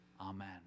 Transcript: amen